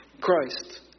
Christ